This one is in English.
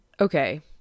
Okay